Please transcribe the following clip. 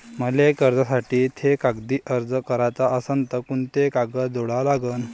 मले कर्जासाठी थे कागदी अर्ज कराचा असन तर कुंते कागद जोडा लागन?